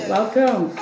Welcome